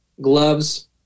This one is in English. gloves –